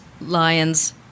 lions